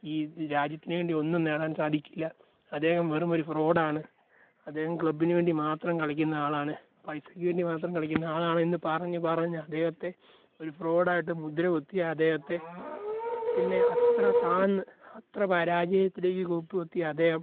ഈ രാജ്യത്തിനു വേണ്ടി ഒന്നും നേടാൻ സാധിക്കില്ല അദ്ദേഹം വെറുമൊരു ഫ്രോഡാണ് അദ്ദേഹം ക്ലബ്ബിനു വേണ്ടി മാത്രം കളിക്കുന്ന ആളാണ് പൈസക്കു വേണ്ടി മാത്രം കളിക്കുന്ന ആളാണ് എന്നു പറഞ്ഞ് പറഞ്ഞ് അദ്ദേഹത്തെ ഒരു ഫ്രോഡായിട്ടു മുദ്രകുത്തി അദ്ദേഹത്തെ പിന്നെ അത്ര താഴ്ന്ന് അത്ര പരാജയത്തിലേക്ക് കൂപ്പ് കുത്തിയ അദ്ദേഹം